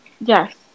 Yes